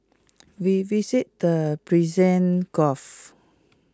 we visited the Persian gulf